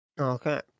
Okay